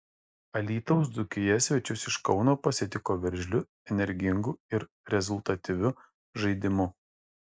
alytaus dzūkija svečius iš kauno pasitiko veržliu energingu ir rezultatyviu žaidimu